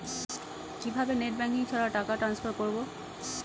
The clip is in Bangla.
কিভাবে নেট ব্যাংকিং ছাড়া টাকা টান্সফার করব?